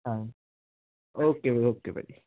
ਹਾਂ okay okay ਭਾਅ ਜੀ